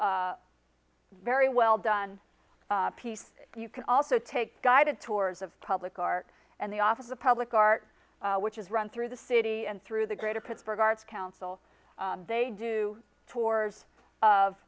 a very well done piece you can also take guided tours of public art and the office of public art which is run through the city and through the greater pittsburgh arts council they do tours of